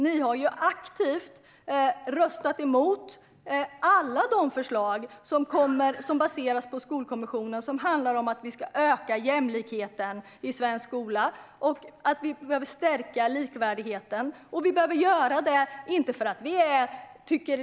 Ni har aktivt röstat emot alla de förslag som baseras på Skolkommissionens utredning. Dessa har handlat om att öka jämlikheten i svensk skola och att likvärdigheten behöver stärkas.